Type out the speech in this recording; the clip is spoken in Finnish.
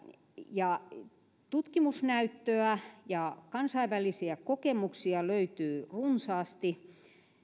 tutkimusnäyttöä ja kansainvälisiä kokemuksia löytyy runsaasti